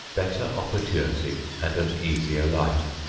better opportunity and an easier life.